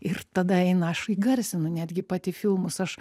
ir tada eina aš įgarsinu netgi pati filmus aš